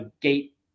gate